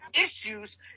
issues